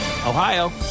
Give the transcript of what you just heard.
Ohio